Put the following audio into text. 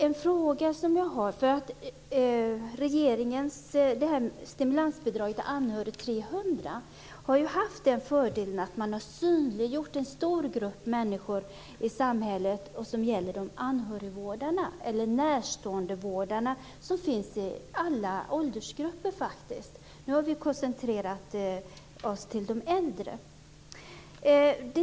Stimulansbidraget på 300 miljoner kronor till anhöriga har ju haft den fördelen att man har synliggjort en stor grupp människor i samhället, nämligen anhörigvårdarna, eller närståendevårdarna, som finns i alla åldersgrupper. Nu har vi koncentrerat oss på de äldre.